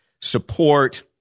support